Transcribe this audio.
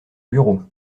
bureau